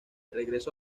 regreso